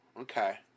Okay